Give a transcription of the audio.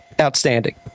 Outstanding